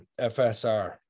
FSR